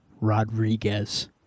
Rodriguez